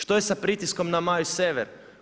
Što je sa pritiskom na Maju Sever?